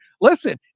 listen